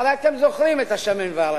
הרי אתם זוכרים את השמן והרזה.